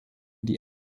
die